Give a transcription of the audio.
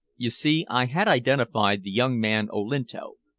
you see, i had identified the young man olinto,